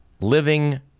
living